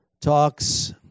talks